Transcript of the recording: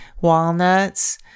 walnuts